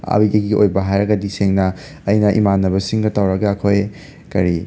ꯑꯩꯒꯤ ꯑꯣꯏꯅ ꯍꯥꯏꯔꯒꯗꯤ ꯁꯦꯡꯅ ꯑꯩꯅ ꯏꯃꯥꯟꯅꯕꯁꯤꯡꯒ ꯇꯧꯔꯒ ꯑꯩꯈꯣꯏ ꯀꯔꯤ